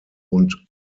und